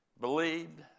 believed